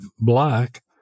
black